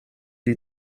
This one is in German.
die